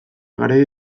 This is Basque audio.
garaile